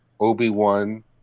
Obi-Wan